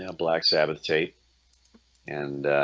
and black sabbath tape and